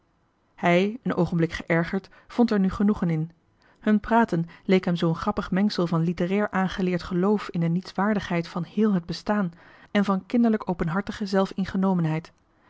hij een oogenblik geërgerd vond er nu genoegen in hun praten leek hem zoo'n grappig mengsel van literair aangeleerd geloof in de nietswaardigheid van heel het bestaan en van kinderlijk openhartige zelf ingenomenheid